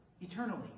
eternally